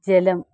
ജലം